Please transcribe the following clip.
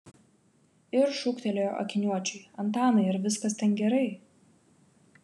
ir šūktelėjo akiniuočiui antanai ar viskas ten gerai